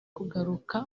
kugaruka